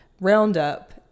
roundup